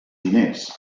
diners